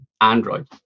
Android